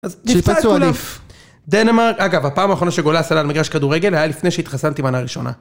אז נפצעתו עליו. דנמרק, אגב, הפעם האחרונה שגולסה עלה על מגרש כדורגל היה לפני שהתחסנתי בנה הראשונה.